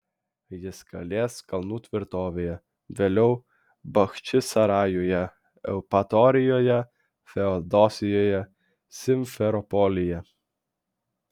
jis kalės kalnų tvirtovėje vėliau bachčisarajuje eupatorijoje feodosijoje simferopolyje